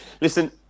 listen